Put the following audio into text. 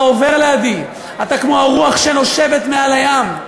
אתה עובר לידי, אתה כמו הרוח שנושבת מעל הים.